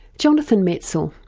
jonathan metzl.